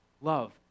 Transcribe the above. love